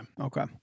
Okay